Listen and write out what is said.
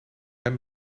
hem